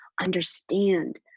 understand